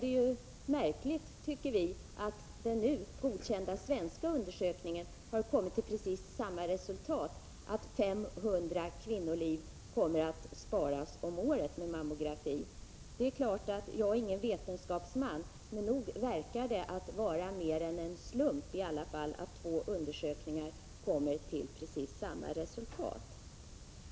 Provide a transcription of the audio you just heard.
Det är då märkligt, tycker vi, att den nu godkända svenska undersökningen har kommit till precis samma resultat —hälsoundersökningar med mammografi kommer att spara 500 kvinnoliv om året. Jag är ingen vetenskapsman, men nog verkar det vara mer än en slump att två undersökningar kommer till precis samma resultat.